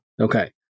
Okay